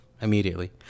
immediately